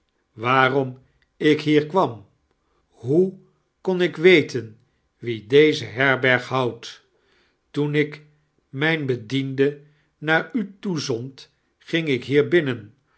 waarom ik hier kwam hoe kon ik weten wie deze herberg houdt toen ik mijn bediende naar u toezond ging ik hier binnen